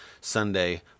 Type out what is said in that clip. Sunday